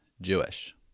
Jewish